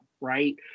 right